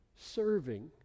serving